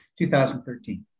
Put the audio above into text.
2013